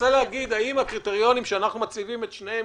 לשאול האם כאשר אנחנו מציבים את שני הקריטריונים,